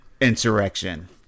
insurrection